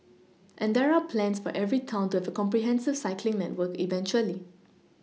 and there are plans for every town to have a comprehensive cycling network eventually